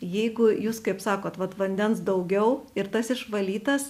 jeigu jūs kaip sakot vat vandens daugiau ir tas išvalytas